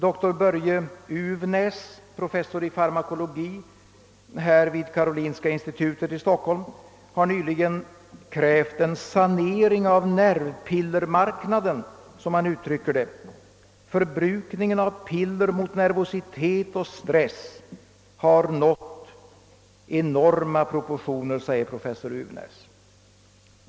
Doktor Börje Uvnäs, professor i farmakologi vid Karolinska institutet i Stockholm, har nyligen krävt en sanering av nervpillermarknaden, som han uttrycker det. »Förbrukningen av piller mot nervositet och stress har nått enorma proportioner», säger professor Uvnäs.